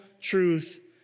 truth